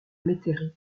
métairie